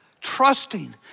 trusting